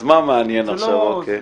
אז מה מעניין עכשיו?